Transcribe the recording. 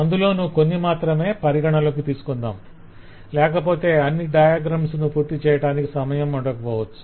అందులోనూ కొన్ని మాత్రమే పరిగణలోకి తీసుకొందాం లేకపోతే అన్ని డయాగ్రమ్స్ ను పూర్తిచేయటానికి సమయం ఉండకపోవచ్చు